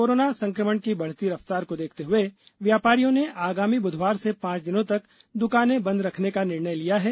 corona संक्रमण की बढ़ती रफ्तार को देखते हुए व्यापारियों ने आगामी बुधवार से पांच दिनों तक दुकानें बंद रखने का निर्णय लिया है